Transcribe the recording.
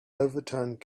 overturned